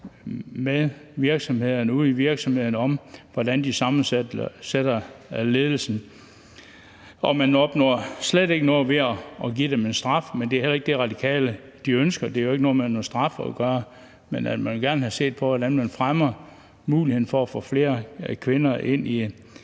med virksomhederne ude i virksomhederne om, hvordan de sammensætter ledelsen. Man opnår slet ikke noget ved at give dem en straf, men det er heller ikke det, Radikale ønsker. Det har jo ikke noget med straf at gøre, men man vil gerne have set på, hvordan man fremmer muligheden for at få flere kvinder ind i